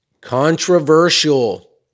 controversial